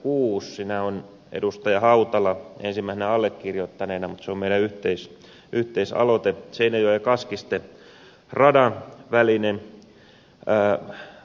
siinä on edustaja hautala ensimmäisenä allekirjoittaneena mutta se on meidän yhteisaloitteemme